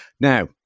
Now